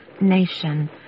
nation